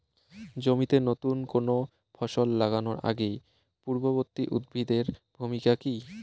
জমিতে নুতন কোনো ফসল লাগানোর আগে পূর্ববর্তী উদ্ভিদ এর ভূমিকা কি?